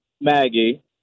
Maggie